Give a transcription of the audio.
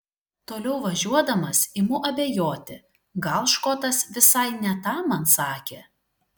toliau važiuodamas imu abejoti gal škotas visai ne tą man sakė